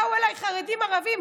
באו אליי חרדים, ערבים,